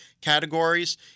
categories